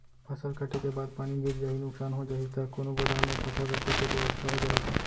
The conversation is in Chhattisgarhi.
फसल कटे के बाद पानी गिर जाही, नुकसान हो जाही त कोनो गोदाम म फसल रखे के बेवस्था हो जाही का?